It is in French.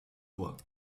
doigts